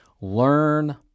learn